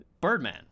Birdman